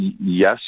Yes